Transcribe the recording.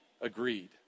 agreed